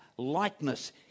likeness